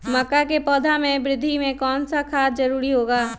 मक्का के पौधा के वृद्धि में कौन सा खाद जरूरी होगा?